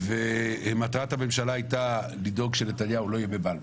ומטרת הממשלה הייתה לדאוג שנתניהו לא יהיה בבלפור,